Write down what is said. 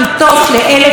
מספר האחיות,